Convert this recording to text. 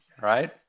right